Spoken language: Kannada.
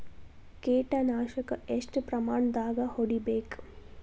ಕೇಟ ನಾಶಕ ಎಷ್ಟ ಪ್ರಮಾಣದಾಗ್ ಹೊಡಿಬೇಕ?